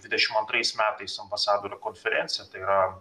dvidešim antrais metais ambasadorių konferencija tai yra